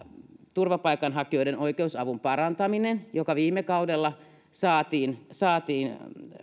turvapaikanhakijoiden oikeusavun parantaminen joka viime kaudella saatiin saatiin